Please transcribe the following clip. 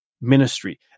ministry